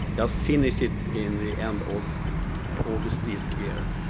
just finished it in the end of august this year.